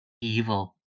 evil